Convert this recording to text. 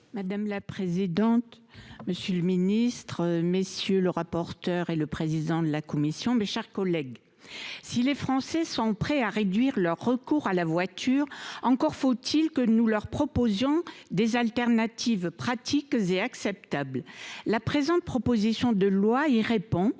Mᵐᵉ la Présidente, M. le ministre, MM. le rapporteur et le Président de la Commission, mes chers collègues, Si les Français sont prêts à réduire leur recours à la voiture. Encore faut il que nous leur proposions des alternatives pratiques et acceptables. La présente proposition de loi y répond